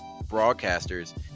broadcasters